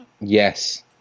Yes